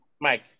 Mike